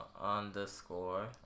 underscore